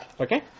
Okay